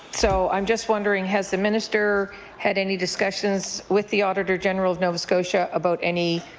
so i'm just wondering has the minister had any discussions with the auditor general of nova scotia about any